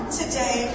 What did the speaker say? today